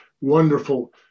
Wonderful